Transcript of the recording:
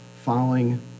following